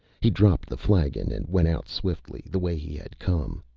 he dropped the flagon and went out swiftly, the way he had come.